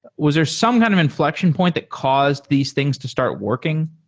was there some kind of infl ection point that caused these things to start working?